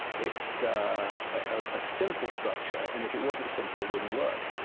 it's a simple structure and if it wasn't simple, it wouldn't work